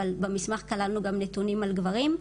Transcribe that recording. אבל במסמך כללנו גם נתונים על גברים.